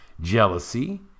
jealousy